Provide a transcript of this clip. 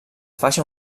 faixa